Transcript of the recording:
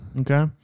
Okay